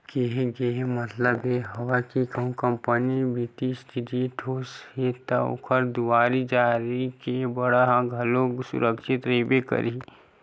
केहे के मतलब ये हवय के कहूँ कंपनी के बित्तीय इस्थिति ठोस हे ता ओखर दुवारी जारी के बांड ह घलोक सुरक्छित रहिबे करही